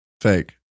Fake